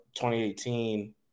2018